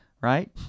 Right